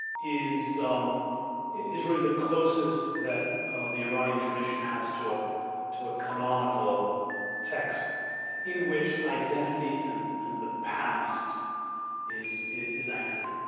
is um is really the closest that the iranian tradition has to ah to ah canonical text in which identity and and the past is is anchored.